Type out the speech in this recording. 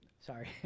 sorry